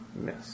Miss